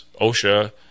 OSHA